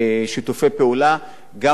גם במפעלי הזנה,